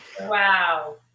Wow